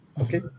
okay